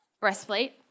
breastplate